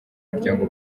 miryango